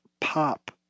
pop